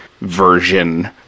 version